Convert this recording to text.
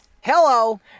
Hello